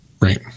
right